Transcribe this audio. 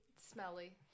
smelly